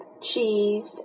cheese